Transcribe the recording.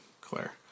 Claire